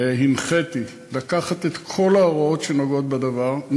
הנחיתי לקחת את כל ההוראות שנוגעות בדבר,